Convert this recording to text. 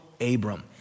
Abram